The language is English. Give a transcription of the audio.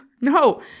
no